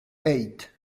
eight